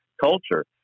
culture